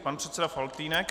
Pan předseda Faltýnek.